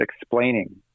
explaining